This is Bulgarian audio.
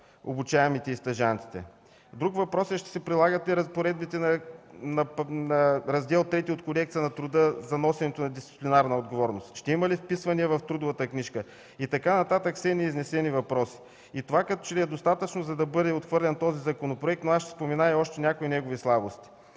обучаемите и стажантите. Друг въпрос: ще се прилагат ли разпоредбите на Раздел III от Кодекса на труда за носенето на дисциплинарна отговорност и ще има ли вписване в трудовата книжка и така нататък? Все неизяснени въпроси. Това като че ли е достатъчно, за да бъде отхвърлен този законопроект, но аз ще спомена още някои негови слабости.